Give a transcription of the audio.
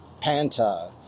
panta